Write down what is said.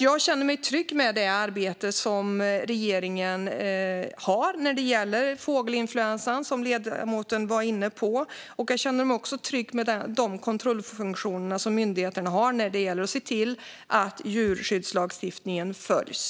Jag känner mig trygg med det arbete som regeringen har när det gäller fågelinfluensan, som ledamoten var inne på. Jag känner mig också trygg med de kontrollfunktioner som myndigheterna har när det gäller att se till att djurskyddslagstiftningen följs.